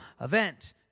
event